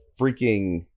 freaking